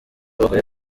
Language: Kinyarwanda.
abagore